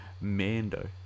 Mando